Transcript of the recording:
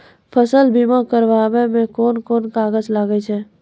फसल बीमा कराबै मे कौन कोन कागज लागै छै?